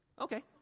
Okay